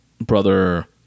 brother